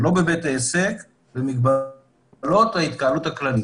שלא בבית עסק, במגבלות ההתקהלות הכללית.